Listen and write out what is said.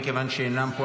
מכיוון שאינם פה,